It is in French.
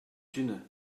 une